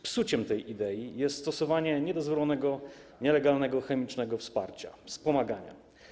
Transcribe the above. Psuciem tej idei jest stosowanie niedozwolonego, nielegalnego chemicznego wsparcia, wspomagania.